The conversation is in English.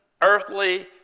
earthly